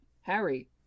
Harry